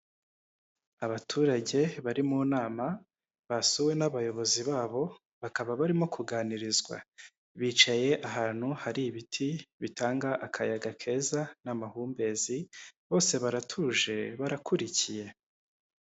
Abaturage bari mu nama basuwe n'abayobozi babo bakaba barimo kuganirizwa bicaye ahantu hari ibiti bitanga akayaga keza n'amahumbezi bose baratuje barakurikiye.